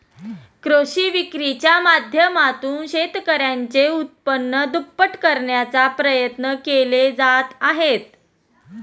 कृषी विक्रीच्या माध्यमातून शेतकऱ्यांचे उत्पन्न दुप्पट करण्याचा प्रयत्न केले जात आहेत